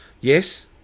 Yes